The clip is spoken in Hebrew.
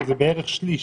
זה בערך שליש.